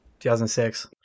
2006